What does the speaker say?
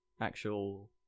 actual